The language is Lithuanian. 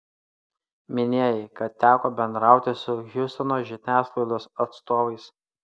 minėjai kad teko bendrauti su hjustono žiniasklaidos atstovais